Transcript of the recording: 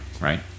right